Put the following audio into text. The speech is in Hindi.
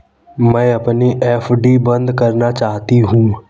मैं अपनी एफ.डी बंद करना चाहती हूँ